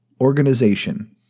Organization